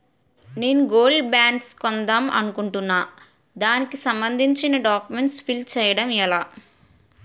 నేను gold bonds కొందాం అనుకుంటున్నా దానికి సంబందించిన డాక్యుమెంట్స్ ఫిల్ చేయడం ఎలా?